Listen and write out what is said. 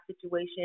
situation